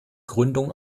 gründung